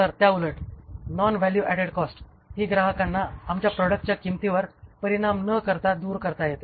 तर त्याउलट non value added cost ही ग्राहकांना आमच्या प्रॉडक्टच्या किंमतीवर परिणाम न करता दूर करता येते